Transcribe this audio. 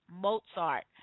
Mozart